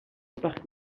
parc